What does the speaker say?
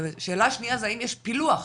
שאלה שנייה זה האם יש פילוח: